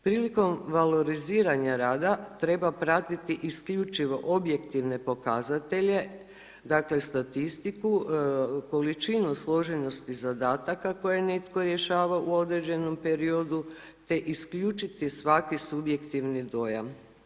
Prilikom valoriziranja rada treba pratiti isključivo objektivne pokazatelje, dakle statistiku, količinu složenosti zadataka koje netko rješava u određenom periodu te isključiti svaki subjektivni dojam.